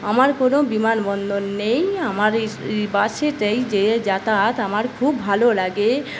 আমার কোনো বিমানবন্দর নেই আমার বাসেতেই যে যাতায়াত আমার খুব ভালো লাগে